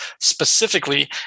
specifically